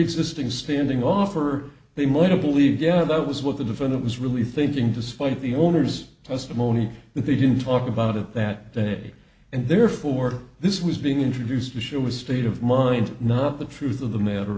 preexisting standing offer they might have believed yeah that was what the defendant was really thinking despite the owner's testimony that they didn't talk about it that day and therefore this was being introduced to show his state of mind not the truth of the matter